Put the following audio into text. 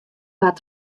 waard